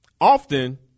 often